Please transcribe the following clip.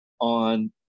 on